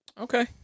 Okay